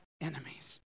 enemies